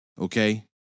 Okay